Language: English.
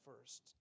first